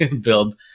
build